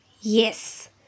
yes